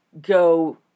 go